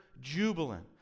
jubilant